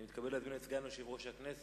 אני מתכבד להזמין את סגן יושב-ראש הכנסת,